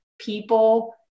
people